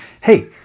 hey